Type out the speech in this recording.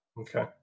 Okay